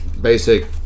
basic